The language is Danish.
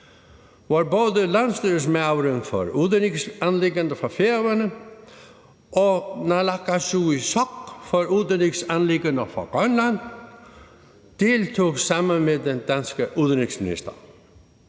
hvor både landsstýrismaður for udenrigsanliggender fra Færøerne og naalakkersuisoq for udenrigsanliggender fra Grønland deltog sammen med den danske udenrigsminister.